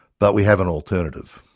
but we have and alternative.